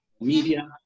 media